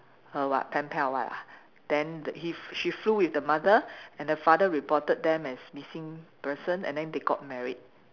her what pen pal what ah then he she flew with the mother and the father reported them as missing person and then they got married